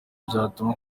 byatuma